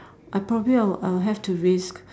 I probably I'll I'll have to risk